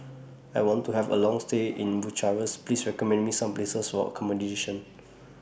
I want to Have A Long stay in Bucharest Please recommend Me Some Places For accommodation